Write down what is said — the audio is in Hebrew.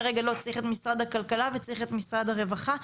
ורגע צריך את משרד הכלכלה וצריך את משרד הרווחה.